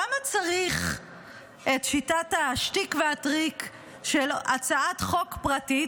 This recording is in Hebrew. למה צריך את שיטת השטיק והטריק של הצעת חוק פרטית?